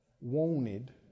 wanted